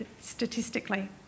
statistically